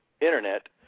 Internet